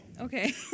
Okay